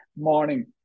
morning